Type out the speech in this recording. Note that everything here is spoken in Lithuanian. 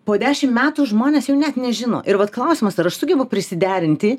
po dešim metų žmonės jau net nežino ir vat klausimas ar aš sugebu prisiderinti